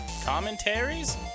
commentaries